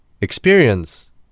experience